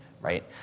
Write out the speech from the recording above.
right